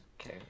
Okay